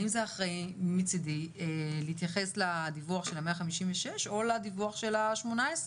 האם זה אחראי מצידי להתייחס לדיווח של ה-156 או לדיווח של ה-18,